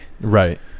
Right